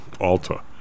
Alta